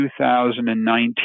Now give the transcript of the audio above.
2019